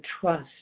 trust